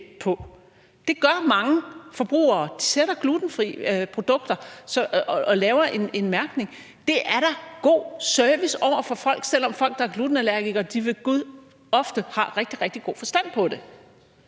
på. Det gør mange producenter, de laver en mærkning af glutenfri produkter. Det er da god service over for folk, selv om folk, der er glutenallergikere ved gud ofte har rigtig, rigtig god forstand på det.